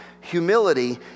Humility